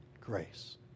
Grace